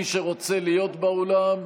מי שרוצה להיות באולם,